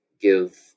give